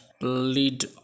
lead